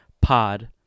pod